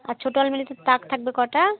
আর ছোটো আলমারিতে তাক থাকবে কটা